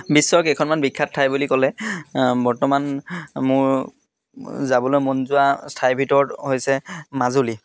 বিশ্বৰ কেইখনমান বিখ্যাত ঠাই বুলি ক'লে বৰ্তমান মোৰ যাবলৈ মন যোৱা ঠাইৰ ভিতৰত হৈছে মাজুলী